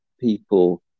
people